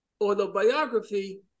autobiography